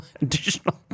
additional